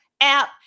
app